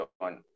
on